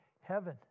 heaven